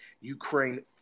Ukraine